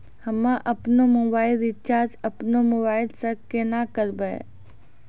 हम्मे आपनौ mobile recharge आपनौ मोबाइल से केना करवै?